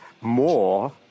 more